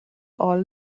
all